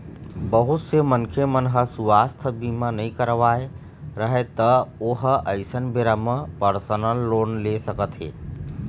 बहुत से मनखे मन ह सुवास्थ बीमा नइ करवाए रहय त ओ ह अइसन बेरा म परसनल लोन ले सकत हे